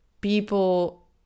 people